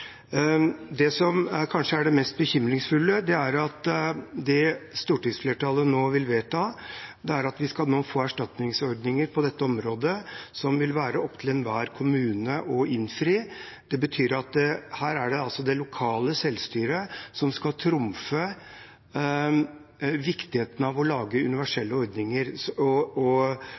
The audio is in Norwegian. Det som kanskje er det mest bekymringsfulle, er at det stortingsflertallet nå vil vedta, er at vi skal få erstatningsordninger på dette området som det vil være opp til hver kommune å innfri. Det betyr at det er det lokale selvstyret som skal trumfe viktigheten av å lage universelle ordninger og